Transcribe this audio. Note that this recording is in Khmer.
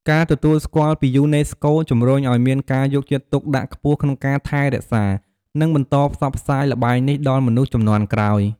ការទទួលស្គាល់ពីយូណេស្កូ ជំរុញឱ្យមានការយកចិត្តទុកដាក់ខ្ពស់ក្នុងការថែរក្សា និងបន្តផ្សព្វផ្សាយល្បែងនេះដល់មនុស្សជំនាន់ក្រោយ។